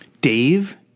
Dave